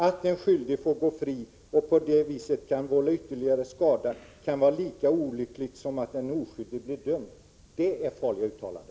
Att en skyldig får går fri och på det viset kan vålla ytterligare skada kan vara lika olyckligt som att en oskyldig blir dömd, hävdade kommissionen. Det är ett farligt uttalande.